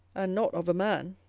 and not of a man.